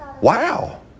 Wow